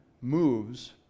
moves